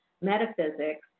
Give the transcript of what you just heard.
metaphysics